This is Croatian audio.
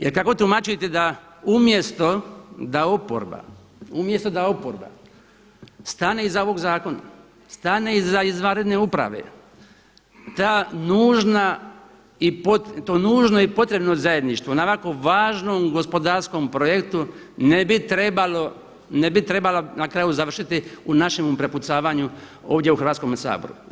Jer kako tumačiti da umjesto da oporba, umjesto da oporba stane iza ovog zakona, stane iza izvanredne uprave, ta nužna, to nužno i potrebno zajedništvo na ovako važnom gospodarskom projektu ne bi trebalo, ne bi trebala na kraju završiti u našem prepucavanju ovdje u Hrvatskom saboru.